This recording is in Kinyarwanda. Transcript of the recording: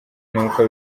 n’uko